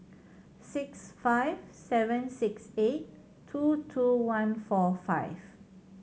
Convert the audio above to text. six five seven six eight two two one four five